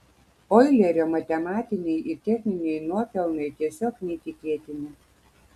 oilerio matematiniai ir techniniai nuopelnai tiesiog neįtikėtini